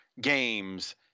games